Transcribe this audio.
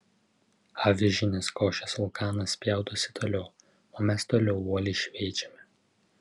avižinės košės vulkanas spjaudosi toliau o mes toliau uoliai šveičiame